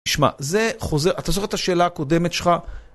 תשמע, זה חוזר, אתה זוכר את השאלה הקודמת שלך.